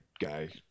guy